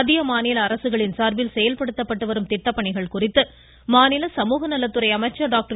மத்திய மாநில அரசுகளின் சார்பில் செயல்படுத்தப்பட்டு வரும் திட்டப்பணிகள் குறித்து மாநில சமூகநலத்துறை அமைச்சர் டாக்டர்